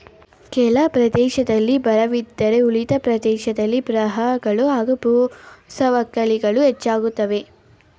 ಕೆಲ ಪ್ರದೇಶದಲ್ಲಿ ಬರವಿದ್ದರೆ ಉಳಿದ ಪ್ರದೇಶದಲ್ಲಿ ಪ್ರವಾಹಗಳು ಹಾಗೂ ಭೂಸವಕಳಿಗಳು ಹೆಚ್ಚಾಗ್ತವೆ